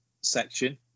section